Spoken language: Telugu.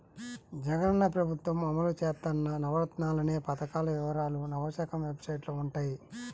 జగనన్న ప్రభుత్వం అమలు చేత్తన్న నవరత్నాలనే పథకాల వివరాలు నవశకం వెబ్సైట్లో వుంటయ్యి